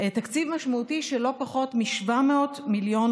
תקציב משמעותי של לא פחות מ-700 מיליון